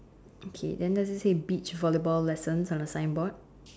okay then does it say beach volleyball lessons on the signboard